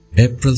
April